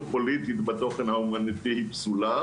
פוליטית בתוכן האמנותי היא פסולה,